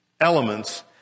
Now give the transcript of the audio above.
elements